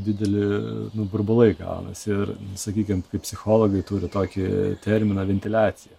dideli burbulai gaunasi ir sakykim kaip psichologai turi tokį terminą ventiliacija